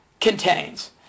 contains